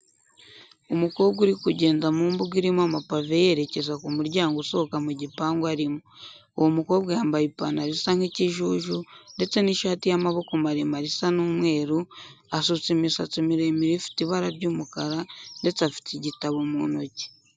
Umukobwa uri kugenda mu mbuga irimo amapave yerekeza ku muryango usohoka mu gipangu arimo. Uwo mukobwa yambaye ipantaro isa n'ikijuju ndetse n'ishati y'amaboko maremare isa n'umweru, asutse imisatsi miremire ifite ibara ry'umukara ndetse afite igitabo mu ntoki.